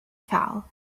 fell